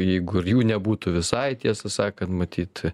jeigu ir jų nebūtų visai tiesą sakant matyt